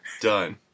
done